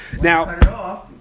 Now